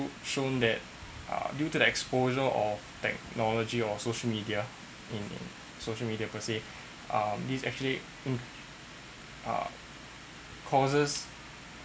shown that err due to the exposure of technology or social media in social media per say um these actually mm are causes